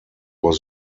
was